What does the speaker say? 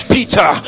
Peter